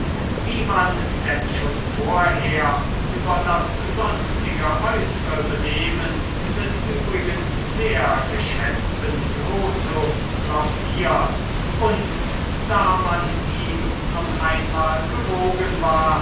wie man denn schon vorher über das sonstige äußre benehmen des übrigens sehr geschätzten plotho glossiert und da man ihm nun einmal gewogen war